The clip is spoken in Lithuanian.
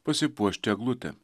pasipuošti eglutę